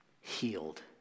healed